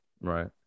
Right